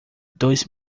dois